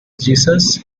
jesus